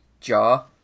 jar